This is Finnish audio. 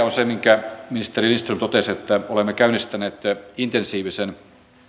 on se minkä ministeri lindström totesi että olemme käynnistäneet intensiivisen